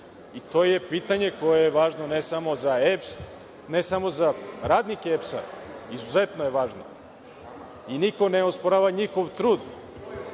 To je pitanje koje je važno ne samo za EPS, ne samo za radnike EPS-a, izuzetno je važno. Niko ne osporava njihov trud,